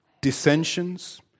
dissensions